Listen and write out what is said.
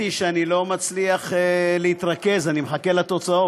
יציג את הצעת